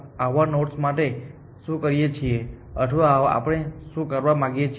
તેથી આપણે આવા નોડ્સ માટે શું કરીએ છીએ અથવા આપણે શું કરવા માંગીએ છીએ